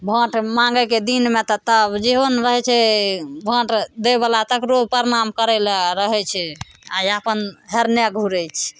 vote माँगैके दिनमे तऽ तब जेहो नहि रहै छै भोट दै बला तकरो प्रणाम करैलए रहै छै आ अपन हेरने घुरै छै